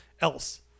else